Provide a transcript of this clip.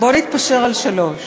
בוא נתפשר על שלוש.